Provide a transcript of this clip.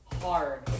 hard